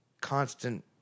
constant